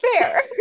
fair